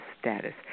status